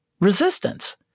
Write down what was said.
resistance